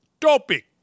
Topic